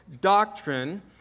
doctrine